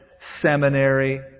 seminary